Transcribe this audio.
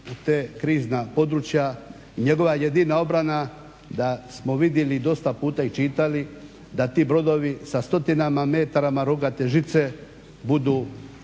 ta krizna područja i njegova jedina obrana da smo vidjeli dosta puta i čitali da ti brodovi sa stotinama metara rogate žice budu